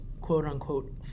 quote-unquote